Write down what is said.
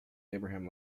abraham